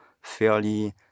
fairly